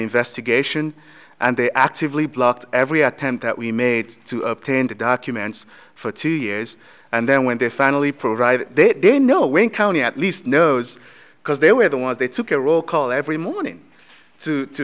investigation and they actively blocked every attempt that we made to obtain the documents for two years and then when they finally provided they they know wayne county at least knows because they were the ones they took a roll call every morning to